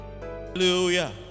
hallelujah